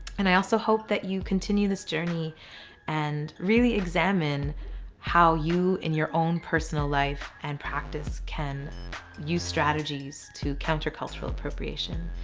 and i also hope that you continue this journey and really examine how you in your own personal life and practice can use strategies to counter cultural appropriation.